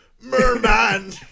merman